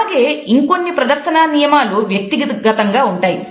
అలాగే ఇంకొన్ని ప్రదర్శన నియమాలు వ్యక్తిగతంగా ఉంటాయి